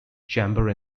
chamber